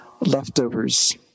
leftovers